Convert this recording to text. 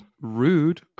rude